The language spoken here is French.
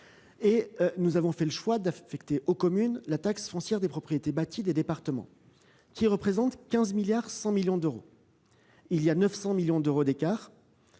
Nous avons fait le choix d'affecter aux communes la taxe foncière des propriétés bâties des départements, qui représente 15,1 milliards d'euros. L'écart de 900 millions d'euros sera